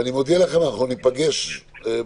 ואני מודיע לכם שאנחנו ניפגש בקרוב.